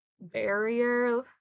barrier